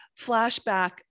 flashback